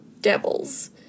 devils